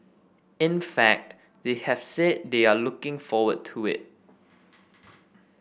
in fact they have said they are looking forward to it